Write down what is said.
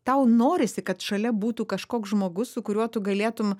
tau norisi kad šalia būtų kažkoks žmogus su kuriuo tu galėtum